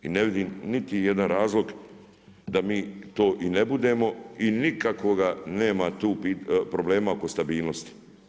I ne vidim niti jedan razlog da mi to i ne budemo i nikakvoga nema tu problema oko stabilnosti.